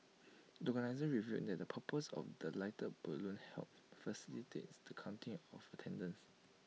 the organisers revealed that the purpose of the lighted balloons helped facilitates the counting of attendance